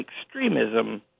extremism